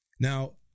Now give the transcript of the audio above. Now